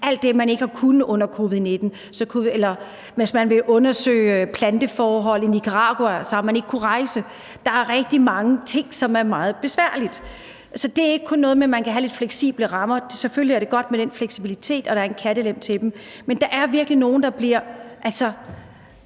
alt det, man ikke har kunnet under covid-19. Hvis man har villet undersøge planteforhold i Nicaragua, har man ikke kunnet rejse. Der er rigtig mange ting, som er meget besværlige. Så det er ikke kun noget med, at man kan have lidt fleksible rammer. Selvfølgelig er det godt med den fleksibilitet, og at der er en kattelem til dem, men der er virkelig nogle, der bliver